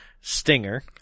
stinger